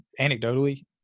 anecdotally